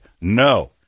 No